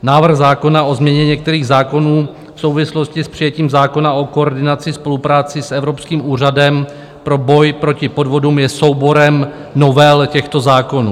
Návrh zákona o změně některých zákonů v souvislosti s přijetím zákona o koordinaci spolupráce s Evropským úřadem pro boj proti podvodům je souborem novel těchto zákonů.